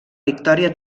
victòria